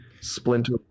splinter